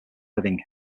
living